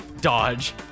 dodge